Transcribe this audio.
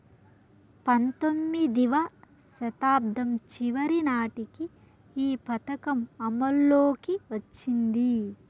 పంతొమ్మిదివ శతాబ్దం చివరి నాటికి ఈ పథకం అమల్లోకి వచ్చింది